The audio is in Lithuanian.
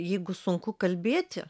jeigu sunku kalbėti